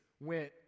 went